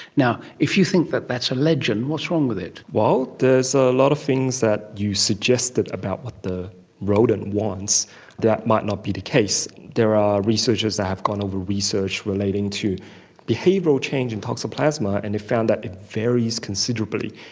now, if you think that that's a legend, what's wrong with it? well, there's a lot of things that you suggested about what the rodent wants that might not be the case. there are researchers that have gone over research relating to behavioural change in toxoplasma and they found that it varies considerably.